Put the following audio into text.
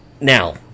Now